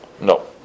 No